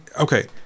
Okay